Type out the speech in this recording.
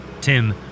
Tim